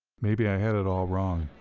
maybe i had it all wrong.